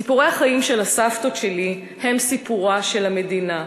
סיפורי החיים של הסבתות שלי הם סיפורה של המדינה: